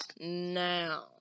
Now